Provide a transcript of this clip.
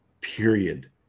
period